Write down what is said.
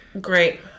Great